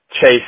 Chase